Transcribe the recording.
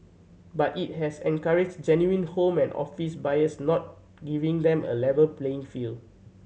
but it has encouraged genuine home and office buyers now giving them a level playing field